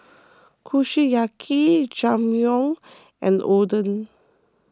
Kushiyaki Jajangmyeon and Oden